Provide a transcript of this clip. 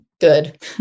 good